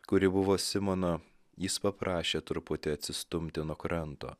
kuri buvo simono jis paprašė truputį atsistumti nuo kranto